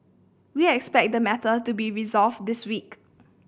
we expect the matter to be resolved this week